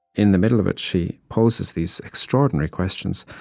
in the middle of it, she poses these extraordinary questions,